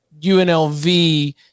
UNLV